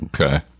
Okay